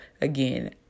again